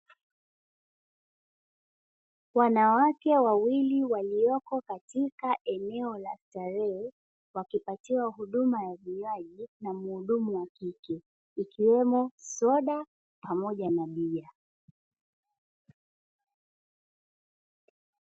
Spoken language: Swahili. Wanawake wawili waliopo katika eneo la starehe, wakipatiwa huduma ya vinywaji na mhudumu wa kike ikiwemo soda pamoja na bia.